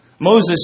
Moses